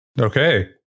Okay